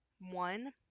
One